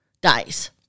dies